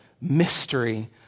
mystery